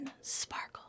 sparkle